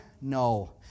No